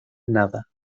nada